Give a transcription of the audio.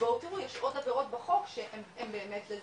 בואו תראו יש עוד עבירות בחוק שהן לזה,